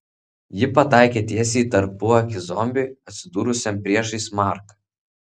ji pataikė tiesiai į tarpuakį zombiui atsidūrusiam priešais marką